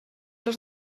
els